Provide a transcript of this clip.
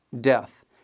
Death